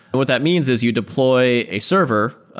what that means is you deploy a server,